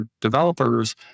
developers